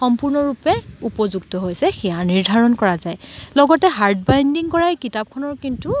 সম্পূৰ্ণৰূপে উপযুক্ত হৈছে সেয়া নিৰ্ধাৰণ কৰা যায় লগতে হাৰ্ড বাইণ্ডিং কৰা এই কিতাপখনৰ কিন্তু